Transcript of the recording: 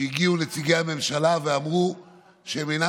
שהגיעו נציגי הממשלה ואמרו שהם אינם